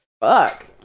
Fuck